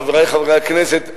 חברי חברי הכנסת,